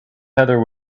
heather